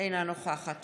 אינה נוכחת